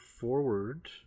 forward